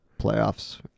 playoffs